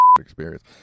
experience